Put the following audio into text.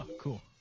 cool